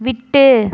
விட்டு